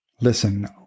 listen